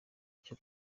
icyo